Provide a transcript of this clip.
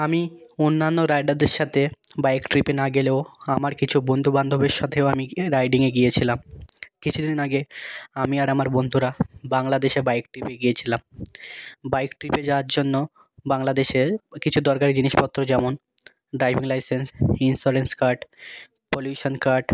আমি অন্যান্য রাইডারদের সাথে বাইক ট্রিপে না গেলেও আমার কিছু বন্ধুবান্ধবের সাথেও আমি রাইডিংয়ে গিয়েছিলাম কিছু দিন আগে আমি আর আমার বন্ধুরা বাংলাদেশে বাইক ট্রিপে গিয়েছিলাম বাইক ট্রিপে যাওয়ার জন্য বাংলাদেশের কিছু দরকারি জিনিসপত্র যেমন driving licence insurance card pollution cart